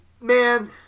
man